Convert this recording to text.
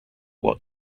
what